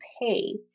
pay